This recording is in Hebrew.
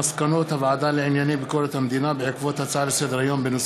מסקנות הוועדה לענייני ביקורת המדינה בעקבות הצעה לסדר-היום של